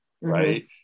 right